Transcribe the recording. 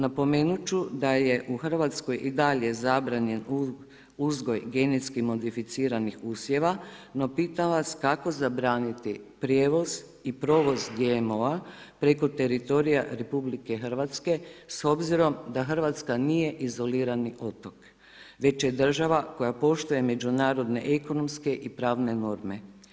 Napomenut ću da je u Hrvatskoj i dalje zabranjen uzgoj genetski modificiranih usjeva, no pitam vas kako zabraniti prijevoz i provoz GMO-a preko teritorija RH s obzorom da Hrvatska nije izolirani otok već je država koja poštuje međunarodne ekonomske i pravne norme.